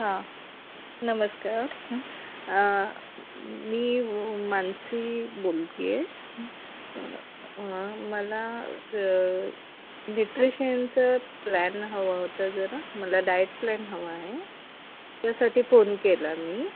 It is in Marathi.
हां नमस्कार मी मानसी बोलते आहे मला न्युट्रिशनचं प्लॅन हवं होता जरा मला डाएट प्लॅन हवा आहे त्यासाठी फोन केला मी